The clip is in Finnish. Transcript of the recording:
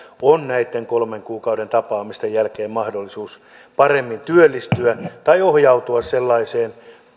on näitten kolmen kuukauden tapaamisten jälkeen mahdollisuus paremmin työllistyä tai ohjautua sellaiseen